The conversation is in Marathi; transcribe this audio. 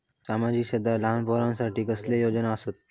सामाजिक क्षेत्रांत लहान पोरानसाठी कसले योजना आसत?